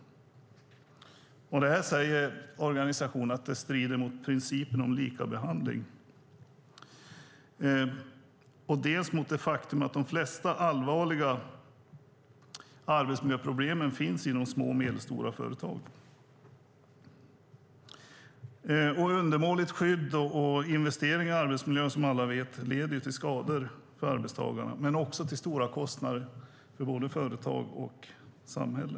Enligt organisationerna strider detta mot principen om likabehandling, och faktum är att de flesta allvarliga arbetsmiljöproblemen finns inom små och medelstora företag. Undermåligt skydd och låg investering i arbetsmiljön leder som alla vet till skador för arbetstagarna men också till stora kostnader för både företag och samhälle.